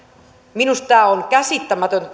minusta tämä on käsittämätöntä